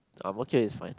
Ang-Mo-Kio is fine